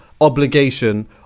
obligation